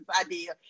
idea